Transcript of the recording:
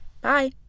Bye